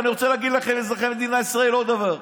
ואני רוצה להגיד לכם, אזרחי מדינת ישראל, עוד דבר: